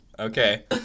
Okay